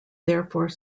therefore